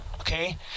okay